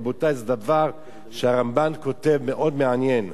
רבותי, זה דבר שהרמב"ם כותב, מאוד מעניין.